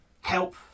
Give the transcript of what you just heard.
help